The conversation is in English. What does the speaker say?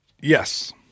Yes